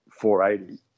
480